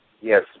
yes